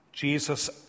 Jesus